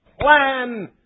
plan